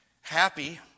happy